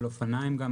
של אופניים גם,